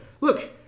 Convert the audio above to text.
look